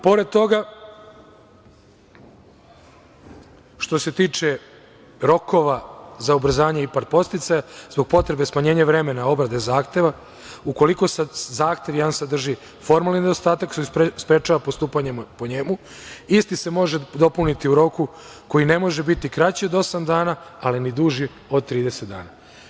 Pored toga, što se tiče rokova za ubrzanje IPARD podsticaja, zbog potrebe smanjenja vremena obrade zahteva, ukoliko jedan zahtev sadrži formalni nedostatak što sprečava postupanje po njemu isti se može dopuniti u roku koji ne može biti kraći od osam dana, a ni duži od 30 dana.